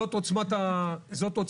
זאת עוצמת המערך.